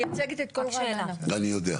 היא מייצגת --- אני יודע.